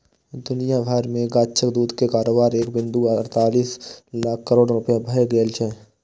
दुनिया भरि मे गाछक दूध के कारोबार एक बिंदु अड़तालीस लाख करोड़ रुपैया भए गेल छै